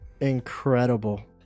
incredible